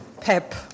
pep